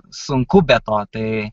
sunku be to tai